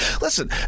Listen